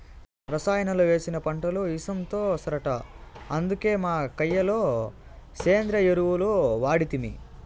రసాయనాలు వేసిన పంటలు ఇసంతో సరట అందుకే మా కయ్య లో సేంద్రియ ఎరువులు వాడితిమి